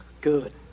good